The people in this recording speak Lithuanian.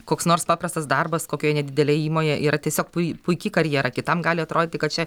koks nors paprastas darbas kokioj nedidelėj įmojėj yra tiesiog pui puiki karjera kitam gali atrodyti kad čia